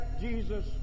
Jesus